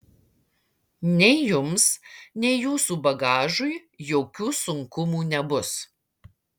nei jums nei jūsų bagažui jokių sunkumų nebus